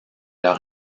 leur